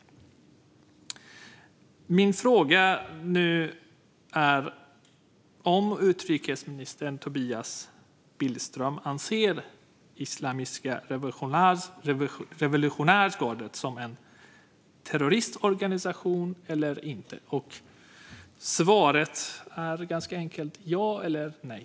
Min fråga nu är om utrikesminister Tobias Billström ser Islamiska revolutionsgardet som en terroristorganisation eller inte. Svaret är ganska enkelt: ja eller nej.